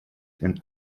and